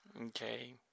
okay